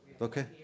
okay